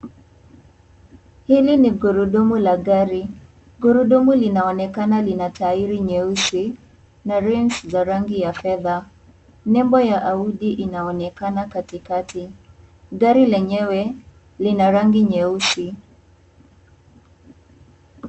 Hili ni gurudumu la gari. Gurudumu linaonekana linatairi nyeusi na reams za rangi ya fedha. Nembo ya Audi inaonekana katikati. Gari lenyewe, lina rangi nyeusi.